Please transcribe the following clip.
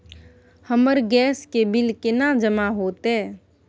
हमर गैस के बिल केना जमा होते?